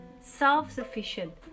self-sufficient